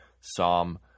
Psalm